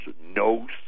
no